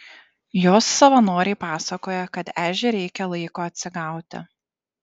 jos savanoriai pasakoja kad ežiui reikia laiko atsigauti